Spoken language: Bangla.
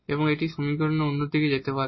এবং এটি সমীকরণের অন্য দিকে যেতে পারে